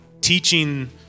teaching